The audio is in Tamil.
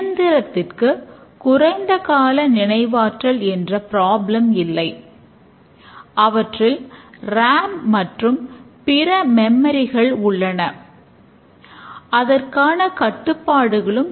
இயந்திரத்திற்கு குறைந்த கால நினைவாற்றல் என்ற ப்ராப்ளம் ஆகும்